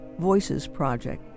voicesproject